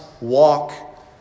walk